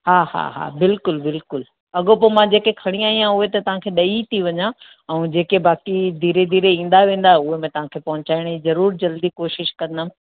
हा हा हा बिल्कुलु बिल्कुलु अॻोपोइ मां जेके खणी आई आहियां उहे त तव्हांखे ॾेई थी वञा ऐं जेके बाक़ी धीरे धीरे ईंदा वेंदा उहे मां तव्हांखे पहुचाइण जी ज़रूरु जल्दी कोशिशि कंदमि